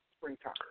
springtime